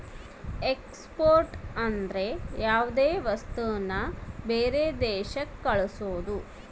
export ಅಂದ್ರ ಯಾವ್ದೇ ವಸ್ತುನ ಬೇರೆ ದೇಶಕ್ ಕಳ್ಸೋದು